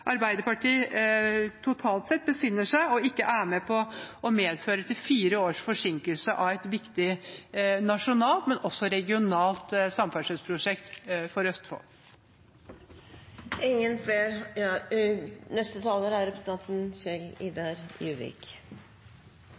Arbeiderpartiet totalt sett besinner seg og ikke er med på å medvirke til fire års forsinkelse av et samferdselsprosjekt som er viktig nasjonalt, men også regionalt for